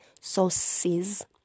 sources